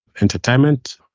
entertainment